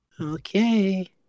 Okay